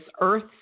earth